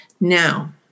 Now